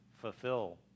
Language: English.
fulfill